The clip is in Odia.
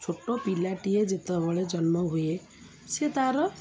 ଛୋଟ ପିଲାଟିଏ ଯେତେବେଳେ ଜନ୍ମ ହୁଏ ସେ ତା'ର